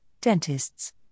dentists